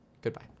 Goodbye